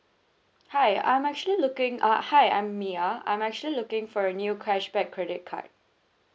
hi I'm actually looking uh hi I'm mia I'm actually looking for a new cashback credit card